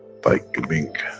by giving,